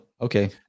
okay